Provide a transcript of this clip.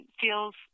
feels